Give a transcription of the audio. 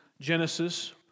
Genesis